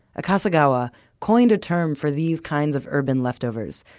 akasegawa coined a term for these kinds of urban leftovers.